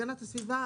הגנת הסביבה,